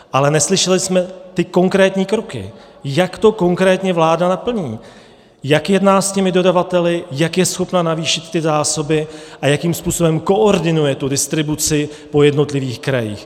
Ale neslyšeli jsme ty konkrétní kroky, jak to konkrétně vláda naplní, jak jedná s dodavateli, jak je schopna navýšit zásoby a jakým způsobem koordinuje distribuci po jednotlivých krajích.